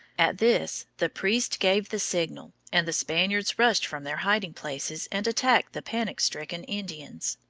at this the priest gave the signal, and the spaniards rushed from their hiding-places and attacked the panic-stricken indians.